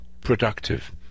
productive